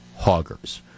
hoggers